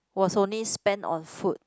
was only spent on food